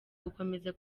gukomeza